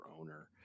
owner